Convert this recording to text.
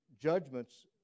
judgments